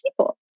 people